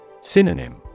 Synonym